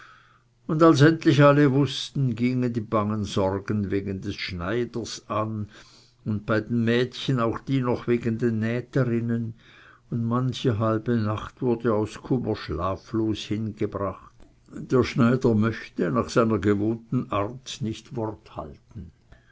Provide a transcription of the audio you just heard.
und als es endlich alle wußten gingen die bangen sorgen wegen den schneidern an und bei den mädchen auch die noch wegen den näherinnen und manche halbe nacht wurde aus kummer schlaflos hingebracht der schneider möchte nach seiner gewohnten art nicht wort halten